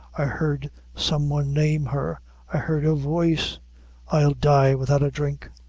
i heard some one name her i heard her voice i'll die without a dhrink.